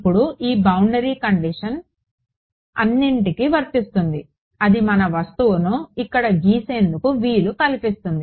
ఇప్పుడు ఈ boundary condition అన్నింటికి వర్తిస్తుంది అది మన వస్తువును ఇక్కడ గీసేందుకు వీలు కల్పిస్తుంది